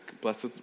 blessed